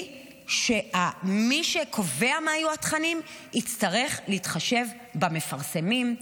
שמי שקובע מה יהיו התכנים יצטרך להתחשב במפרסמים,